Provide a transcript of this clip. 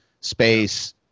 space